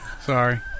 Sorry